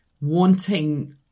wanting